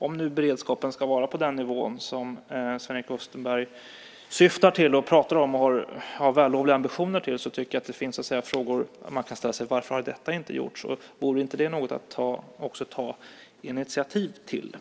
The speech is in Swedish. Om beredskapen ska vara på den nivå som Sven-Erik Österberg syftar till, talar om och har vällovliga ambitioner om, så tycker jag att det finns frågor som man kan ställa. Varför har detta inte gjorts, och vore inte det något att ta initiativ till?